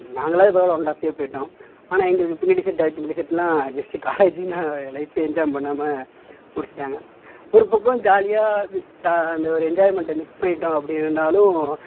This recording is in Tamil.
நாங்களாவது பரவாயில்ல ஒன்னன்ட் ஆஃப் இயர் போயிவிட்டோம் ஆனால் எங்களுக்கு பின்னாடி செட்டு அதுக்குப்பின்னாடி செட்டுல்லாம் ஜஸ்ட் காலேஜின்னு லைஃபே என்ஜாய் பண்ணாமல் முடிச்சிவிட்டாங்க ஒரு பக்கம் ஜாலியாக அந்த ஒரு என்ஜாய்மென்ட்டை மிஸ் பண்ணிவிட்டோம் அப்படி இருந்தாலும்